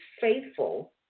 faithful